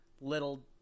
little